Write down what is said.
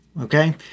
Okay